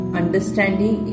understanding